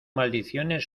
maldiciones